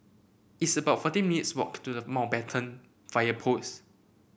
it's about fourteen minutes' walk to the Mountbatten Fire Post